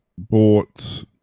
Bought